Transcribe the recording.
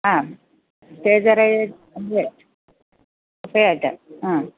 ആ ആ